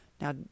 Now